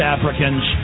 Africans